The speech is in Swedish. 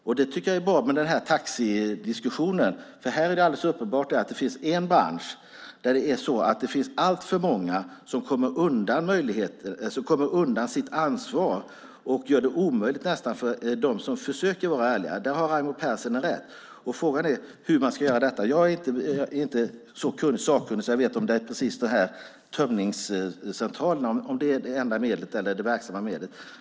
Jag tycker att det är bra med den här taxidiskussionen, för här finns alldeles uppenbart en bransch där alltför många kommer undan sitt ansvar och gör det nästan omöjligt för dem som försöker vara ärliga. Där har Raimo Pärssinen rätt. Frågan är hur man ska göra. Jag är inte så sakkunnig att jag vet om tömningscentralen är det enda verksamma medlet.